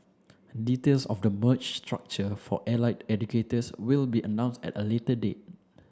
details of the merged structure for allied educators will be announced at a later date